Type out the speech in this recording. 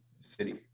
City